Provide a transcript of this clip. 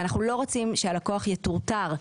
ואנחנו לא רוצים שהלקוח יטורטר,